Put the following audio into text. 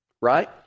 right